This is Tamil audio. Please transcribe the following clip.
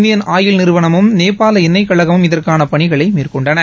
இந்தியன் ஆயில் நிறுவனமும் நேபாள் எண்ணெய் கழகமும் இதற்கான பணிகளை மேற்கொண்டன